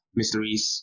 mysteries